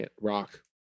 rock